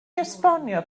esbonio